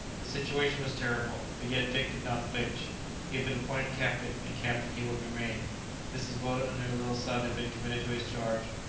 the situation was terrible, but yet dick did not flinch he had been appointed captain, and captain he would remain mrs. weldon and her little son had been committed to his charge,